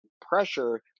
pressure